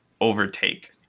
overtake